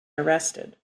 arrested